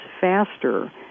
faster